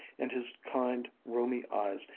and his kind, rheumy eyes,